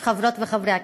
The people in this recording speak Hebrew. חברות וחברי הכנסת,